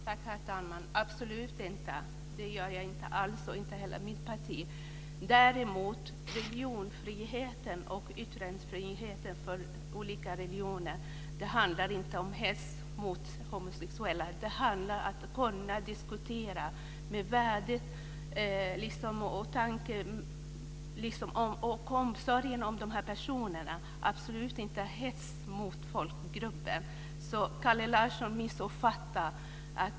Herr talman! Absolut inte, så menar jag inte alls och inte heller mitt parti. Däremot handlar religionsfriheten och yttrandefriheten för olika religioner inte om hets mot homosexuella. Det handlar om att kunna diskutera värdigt och med tanke på omsorgen om dessa personer. Absolut inte hets mot folkgrupper! Kalle Larsson missuppfattade mig.